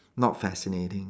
not fascinating